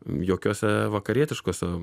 jokiose vakarietiškose